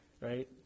right